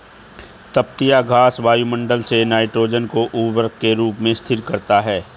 तिपतिया घास वायुमंडल से नाइट्रोजन को उर्वरक के रूप में स्थिर करता है